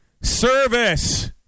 service